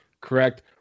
Correct